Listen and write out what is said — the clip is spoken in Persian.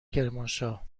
کرمانشاه